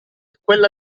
quella